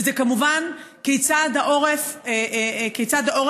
וזה כמובן כיצד העורף נמצא,